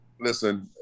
listen